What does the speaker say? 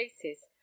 places